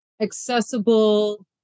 accessible